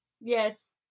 Yes